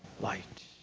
light